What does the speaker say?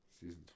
Season